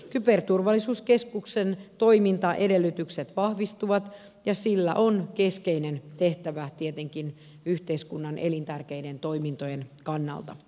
kyberturvallisuuskeskuksen toimintaedellytykset vahvistuvat ja sillä on keskeinen tehtävä tietenkin yhteiskunnan elintärkeiden toimintojen kannalta